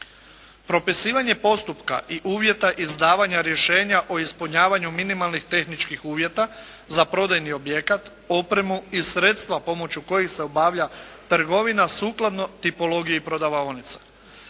Propisivanje postupka i uvjeta izdavanja rješenja o ispunjavanju minimalnih tehničkih uvjeta za prodajni objekat, opremu i sredstva pomoću kojih se obavlja trgovina sukladno tipologiji prodavaonica.